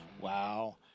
Wow